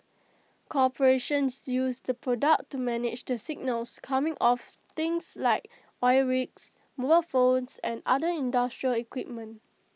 corporations use the product to manage the signals coming off things like oil rigs mobile phones and other industrial equipment